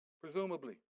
presumably